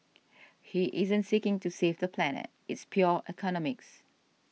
he isn't seeking to save the planet it's pure economics